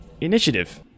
initiative